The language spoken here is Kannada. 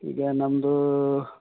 ಈಗ ನಮ್ದು